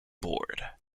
board